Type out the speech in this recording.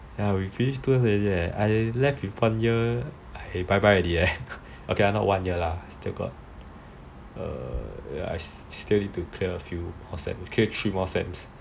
we finish two years already leh I left with one year I bye bye already leh okay lah not one year I still got err still need to clear three more sems